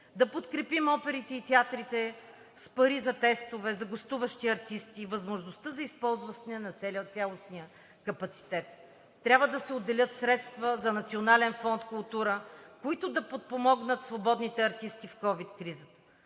да подкрепим оперите и театрите с пари за тестове за гостуващи артисти и възможността за използване на цялостния капацитет. Трябва да се отделят средства за Национален фонд „Култура“, които да подпомогнат свободните артисти в ковид кризата.